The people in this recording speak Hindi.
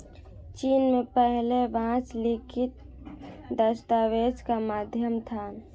चीन में पहले बांस लिखित दस्तावेज का माध्यम था